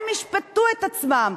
הם ישפטו את עצמם.